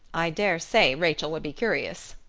i daresay rachel would be curious,